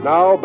Now